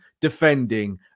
defending